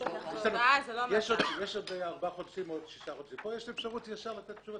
יש פה אפשרות ישר לתת.